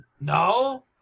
No